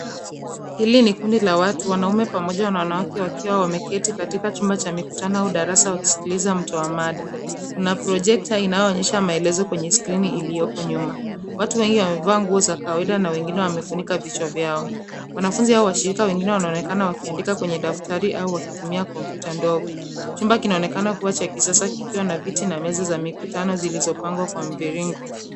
Hili ni kundi la watu wanaume pamoja na wanawake wakiwa wameketi katika chumba cha mikutano au darasa wakisikiliza mtoa mada. Kuna projekta inayoonyehsa maelezo kwenye skrini iliyoko nyuma. Watu wengi wamevaa nguo za kawaida na wengine wamefunika vichwa vyao. Wanafunzi au washirika wengine wanaonekana wakiandika kwa daftari au wakitumia kompyuta ndogo. Chumba kinaonekana kuwa cha kisasa kikiwa na viti na meza za mikutano zilizopangwa kwa mviringo.